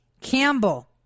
Campbell